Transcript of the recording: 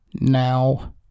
Now